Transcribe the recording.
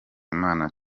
imana